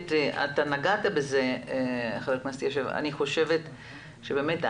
נגעת בזה ולדעתי אני לא בטוחה שהעיתוי,